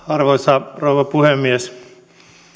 arvoisa rouva puhemies minut on